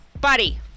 buddy